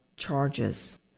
charges